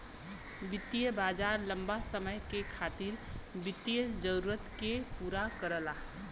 वित्तीय बाजार लम्बा समय के खातिर वित्तीय जरूरत के पूरा करला